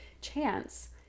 Chance